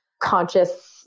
conscious